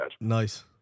Nice